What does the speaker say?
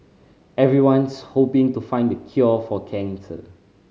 everyone's hoping to find the cure for cancer